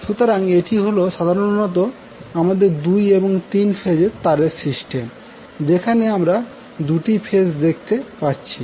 সুতরাং এটি হলো সাধারণত আমাদের দুই এবং তিন ফেজ তারের সিস্টেম যেখানে আমরা দুটি ফেজ রয়েছে দেখতে পাচ্ছি